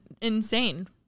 insane